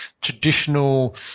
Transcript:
traditional